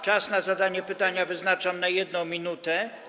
Czas na zadanie pytania wyznaczam na 1 minutę.